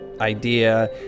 idea